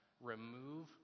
remove